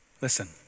listen